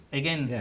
again